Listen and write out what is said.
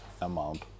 amount